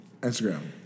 Instagram